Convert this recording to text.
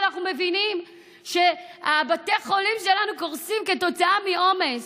אנחנו מבינים שבתי החולים שלנו קורסים כתוצאה מעומס.